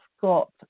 got